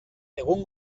egun